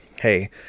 hey